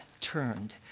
turned